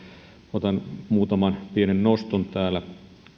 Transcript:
otan muutaman pienen noston täältä